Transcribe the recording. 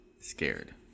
scared